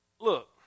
Look